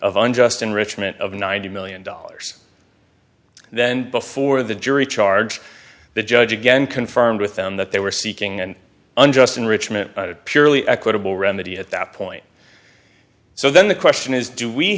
enrichment of ninety million dollars then before the jury charge the judge again confirmed with them that they were seeking an unjust enrichment purely equitable remedy at that point so then the question is do we